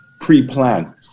pre-plan